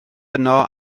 yno